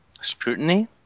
Scrutiny